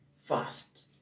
fast